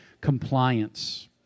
compliance